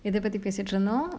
you deputy procedure now